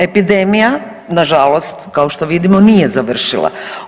Epidemija nažalost kao što vidimo nije završila.